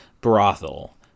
brothel